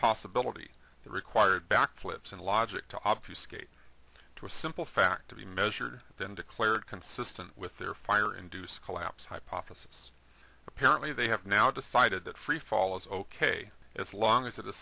impossibility the required back flips and logic to obfuscate to a simple fact to be measured then declared consistent with their fire induced collapse hypothesis apparently they have now decided that free fall is ok as long as it is